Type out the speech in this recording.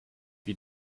wie